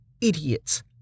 idiots